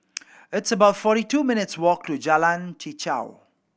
it's about forty two minutes' walk to Jalan Chichau